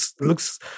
looks